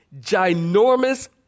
ginormous